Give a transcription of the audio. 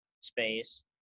space